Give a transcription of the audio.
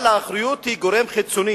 אבל האחריות היא של גורם חיצוני,